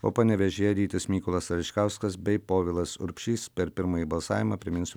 o panevėžyje rytis mykolas račkauskas bei povilas urbšys per pirmąjį balsavimą priminsiu